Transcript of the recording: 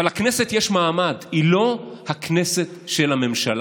אבל לכנסת יש מעמד, היא לא הכנסת של הממשלה,